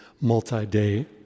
multi-day